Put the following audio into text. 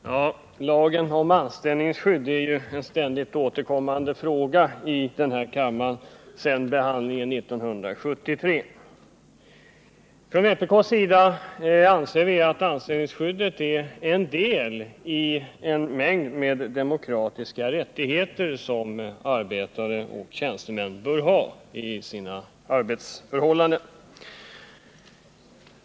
Fru talman! Lagen om anställningsskydd är en ständigt återkommande fråga i den här kammaren sedan behandlingen i riksdagen 1973. Från vpk:s sida anser vi att anställningsskyddet är en del av en mängd demokratiska rättigheter som arbetare och tjänstemän bör ha i sina arbetsförhållanden.